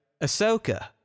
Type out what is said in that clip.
ahsoka